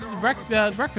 breakfast